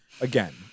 again